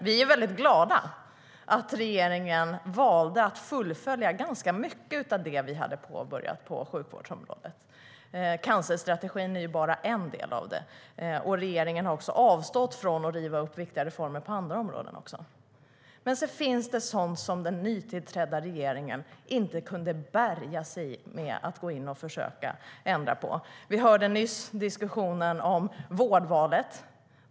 Vi är väldigt glada att regeringen valde att fullfölja ganska mycket av det vi hade påbörjat på sjukvårdsområdet. Cancerstrategin är bara en del av det. Regeringen har också avstått från att riva upp viktiga reformer på andra områden. Men sedan finns det sådant som den nytillträdda regeringen inte kunde bärga sig innan de gick in och försökte ändra på. Vi hörde nyss diskussionen om vårdvalet.